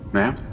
Ma'am